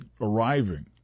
arriving